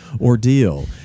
ordeal